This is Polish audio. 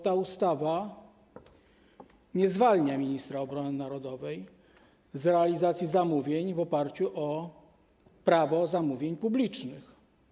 Ta ustawa nie zwalnia ministra obrony narodowej z realizacji zamówień w oparciu o Prawo zamówień publicznych.